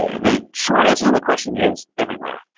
the short answer to the question is everywhere.